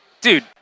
Dude